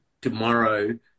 tomorrow